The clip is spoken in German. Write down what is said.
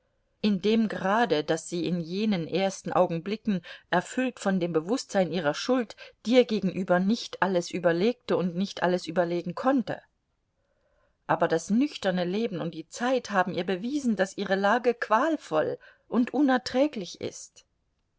in dem grade daß sie in jenen ersten augenblicken erfüllt von dem bewußtsein ihrer schuld dir gegenüber nicht alles überlegte und nicht alles überlegen konnte aber das nüchterne leben und die zeit haben ihr bewiesen daß ihre lage qualvoll und unerträglich ist